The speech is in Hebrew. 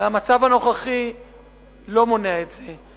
והמצב הנוכחי לא מונע את זה.